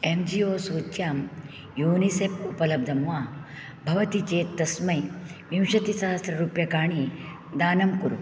एन्जियो सूच्यां यूनिसेफ् उपलब्धं वा भवति चेत् तस्मै विंशतिसहस्ररूप्यकाणि दानं कुरु